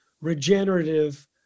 regenerative